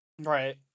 right